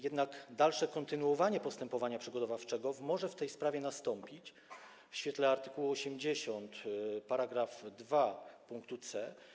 Jednak dalsze kontynuowanie postępowania przygotowawczego może w tej sprawie nastąpić w świetle art. 80 § 2 pkt c